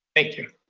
thank you.